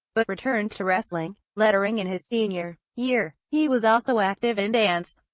but returned to wrestling, lettering in his senior year. he was also active in dance,